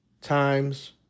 times